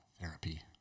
therapy